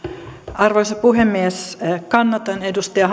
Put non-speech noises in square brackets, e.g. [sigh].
arvoisa puhemies kannatan edustaja [unintelligible]